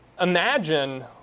Imagine